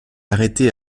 arrêté